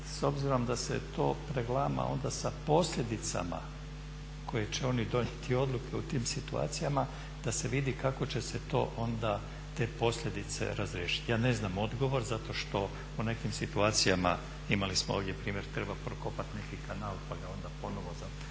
s obzirom da se to prelama onda sa posljedicama koje će oni donijeti odluke u tim situacijama da se vidi kako će se to onda te posljedice razriješiti. Ja ne znam odgovor, zato što u nekim situacijama, imali smo ovdje primjer treba prokopati neki kanal odnosno nasip